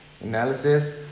analysis